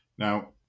Now